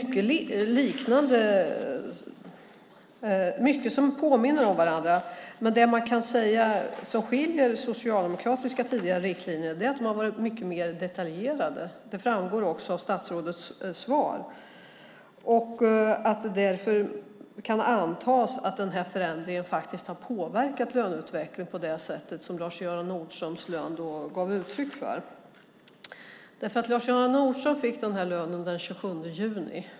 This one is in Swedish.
Det finns mycket som påminner om varandra. Men det som skiljer mot den socialdemokratiska regeringens tidigare riktlinjer är att de var mycket mer detaljerade. Det framgår också av statsrådets svar. Det kan därför antas att förändringen har påverkat löneutvecklingen på det sätt som Lars Göran Nordströms lön gav uttryck för. Lars Göran Nordström fick lönen den 27 juni.